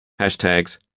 Hashtags